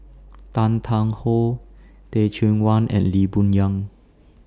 Tan Tarn How Teh Cheang Wan and Lee Boon Yang